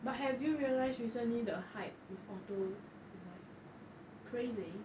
but have you realise recently the hype with like ORTO is like crazy